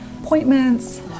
appointments